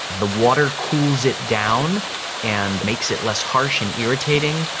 the water cools it down and makes it less harsh and irritating.